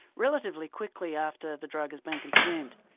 relatively quickly after the drug has been consumed.